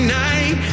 night